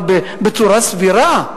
אבל בצורה סבירה,